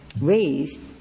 raised